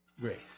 Grace